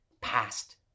past